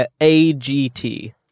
A-G-T